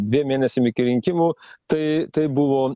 dviem mėnesiam iki rinkimų tai tai buvo